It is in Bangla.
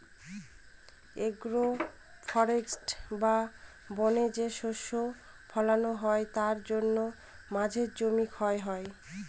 এগ্রো ফরেষ্ট্রী বা বনে যে শস্য ফলানো হয় তার জন্য মাঝের জমি ক্ষয় হয়